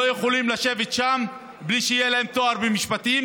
יכולים לשבת שם בלי שיהיה להם תואר במשפטים,